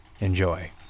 Enjoy